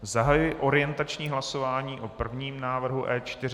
Zahajuji orientační hlasování o prvním návrhu E4.